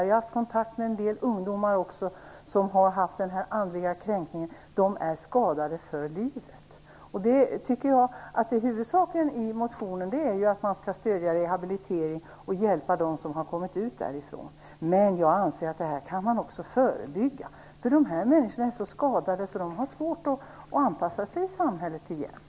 Jag har haft kontakt med en del ungdomar som har utsatts för den här andliga kränkningen. De är skadade för livet. Huvudtanken i motionen är ju att man skall stödja rehabilitering och hjälpa dem som har kommit ut därifrån. Men jag anser att man också kan förebygga det här. De här människorna är så skadade att de har svårt att anpassa sig i samhället igen.